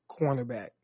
cornerback